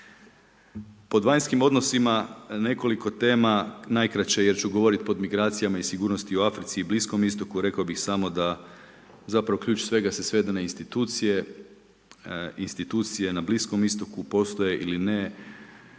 Pod vanjskim odnosima nekoliko tema najkraće jer ću govorit pod migracijama i sigurnosti o Africi i Bliskom istoku rekao bih samo da zapravo ključ svega se svede na institucije. Institucije na Bliskom istoku postoje ili ne,